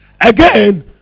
Again